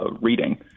reading